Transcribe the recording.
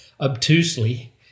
obtusely